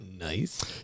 nice